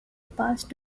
passed